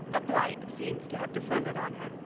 a blight seemed to have descended on her